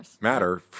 matter